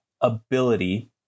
ability